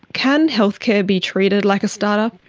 can healthcare be treated like a startup?